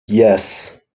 yes